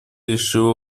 решила